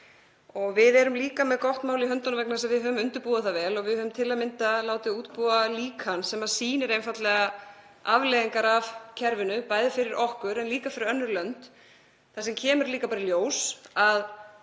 Við erum líka með gott mál í höndunum vegna þess að við höfum undirbúið það vel og við höfum til að mynda látið útbúa líkan sem sýnir einfaldlega afleiðingar af kerfinu, bæði fyrir okkur en líka fyrir önnur lönd. Það sem kemur líka bara í ljós er